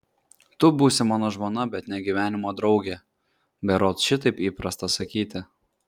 tu būsi mano žmona bet ne gyvenimo draugė berods šitaip įprasta sakyti